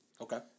Okay